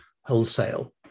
wholesale